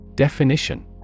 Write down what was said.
Definition